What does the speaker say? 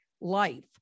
life